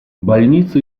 больницы